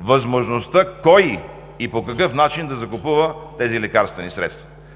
възможността кой и по какъв начин да закупува тези лекарствени средства,